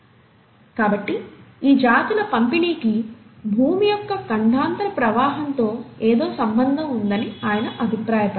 కాబట్టి ఈ జాతుల పంపిణీకి భూమి యొక్క ఖండాంతర ప్రవాహంతో ఏదో సంబంధం ఉందని ఆయన అభిప్రాయపడ్డారు